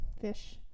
fish